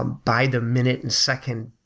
um by the minute and second,